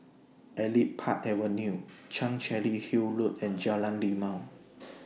Elite Park Avenue Chancery Hill Road and Jalan Rimau